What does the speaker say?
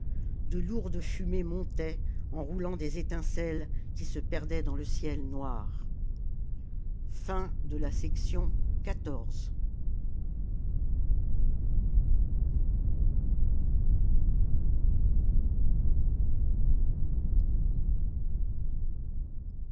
de lourdes fumées montaient en roulant des étincelles qui se perdaient dans le ciel noir xiv